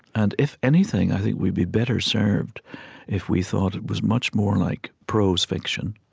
and if anything, i think we'd be better served if we thought it was much more like prose fiction.